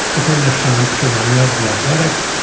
according to sham's cerrone of the athletic,